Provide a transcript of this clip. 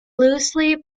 loosely